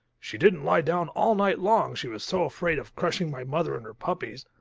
she didn't lie down all night long, she was so afraid of crushing my mother and her puppies.